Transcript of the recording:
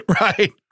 Right